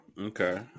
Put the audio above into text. Okay